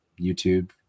YouTube